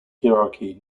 hierarchy